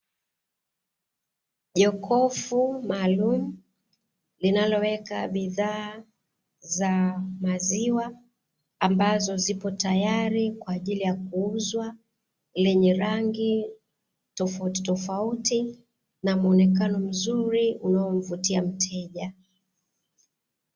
Jokofu maalumu, linaloweka bidhaa za maziwa ambazo zipo tayari kwa ajili ya kuuzwa. Lenye rangi tofautitofauti na muonekano mzuri, unaomvutia mteja.